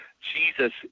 Jesus